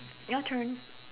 your turn